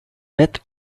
beth